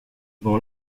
vend